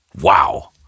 wow